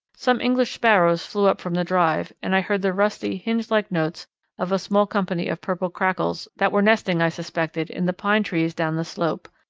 some english sparrows flew up from the drive, and i heard the rusty hinge-like notes of a small company of purple crackles that were nesting, i suspected, in the pine trees down the slope,